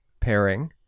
pairing